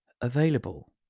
available